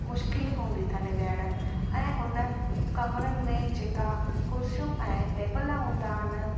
मुश्किल हूंदी अथनि वेहणु ऐं हुन कमरनि में जेका कुर्सियूं ऐं टेबल हूंदा आहिनि